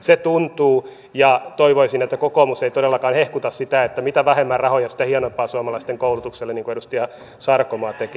se tuntuu ja toivoisin että kokoomus ei todellakaan hehkuta sitä että mitä vähemmän rahoja sitä hienompaa suomalaisten koulutukselle niin kuin edustaja sarkomaa teki